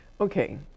Okay